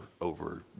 over